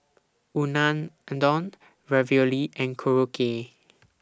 Unadon Ravioli and Korokke